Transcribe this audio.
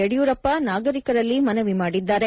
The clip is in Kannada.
ಯಡಿಯೂರಪ್ಪ ನಾಗರಿಕರಲ್ಲಿ ಮನವಿ ಮಾಡಿದ್ದಾರೆ